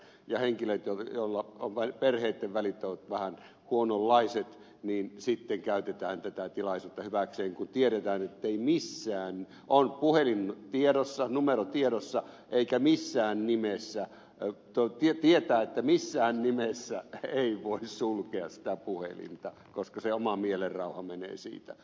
ja jos perheitten välit ovat vähän huononlaiset niin sitten käytetään tätä tilaisuutta hyväksi kun tiedetään ettei niissä oli puhelin vieras on puhelinnumero tiedossa ja tiedetään että henkilö ei missään nimessä voi sulkea sitä puhelinta koska se oma mielenrauha menee siitä